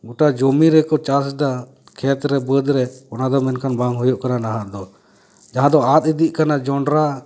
ᱜᱚᱴᱟ ᱡᱚᱢᱚ ᱨᱮᱠᱚ ᱪᱟᱥᱮᱜᱼᱟ ᱠᱷᱮᱛ ᱨᱮ ᱵᱟᱹᱫ ᱨᱮ ᱚᱱᱟ ᱫᱚ ᱢᱮᱱᱠᱷᱟᱱ ᱵᱟᱝ ᱦᱩᱭᱩᱜ ᱠᱟᱱᱟ ᱱᱟᱦᱟᱜ ᱫᱚ ᱡᱟᱦᱟᱸ ᱫᱚ ᱟᱫ ᱤᱫᱤᱜ ᱠᱟᱱᱟ ᱡᱚᱸᱰᱨᱟ